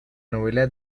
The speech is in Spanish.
novela